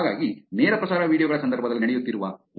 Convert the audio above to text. ಹಾಗಾಗಿ ನೇರ ಪ್ರಸಾರ ವೀಡಿಯೋ ಗಳ ಸಂದರ್ಭದಲ್ಲಿ ನಡೆಯುತ್ತಿರುವ ವಂಚನೆಯಾಗಿದೆ